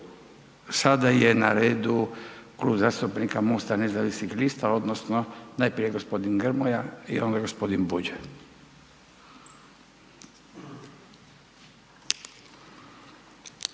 Sada je na redu Klub zastupnika Most-a nezavisnih lista odnosno najprije gospodin Grmoja i onda gospodin Bulj.